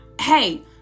Hey